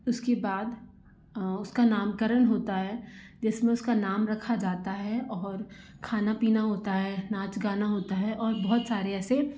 उसके बाद उसका नामकरण होता है जिसमें उसका नाम रखा जाता है और खाना पीना होता है नाच गाना होता है और और बहुत सारे ऐसे